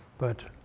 but